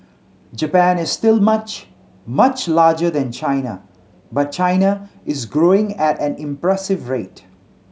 Japan is still much much larger than China but China is growing at an impressive rate